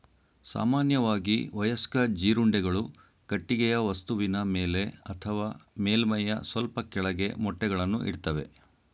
ಸಾಮಾನ್ಯವಾಗಿ ವಯಸ್ಕ ಜೀರುಂಡೆಗಳು ಕಟ್ಟಿಗೆಯ ವಸ್ತುವಿನ ಮೇಲೆ ಅಥವಾ ಮೇಲ್ಮೈಯ ಸ್ವಲ್ಪ ಕೆಳಗೆ ಮೊಟ್ಟೆಗಳನ್ನು ಇಡ್ತವೆ